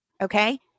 Okay